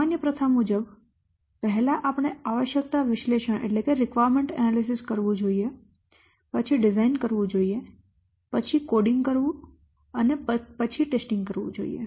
સામાન્ય પ્રથા મુજબ પહેલા આપણે આવશ્યકતા વિશ્લેષણ કરવું જોઈએ પછી ડિઝાઇન કરવું પછી કોડિંગ કરવું અને પછી ટેસ્ટિંગ કરવું જોઈએ